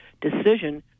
decision